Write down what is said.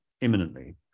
imminently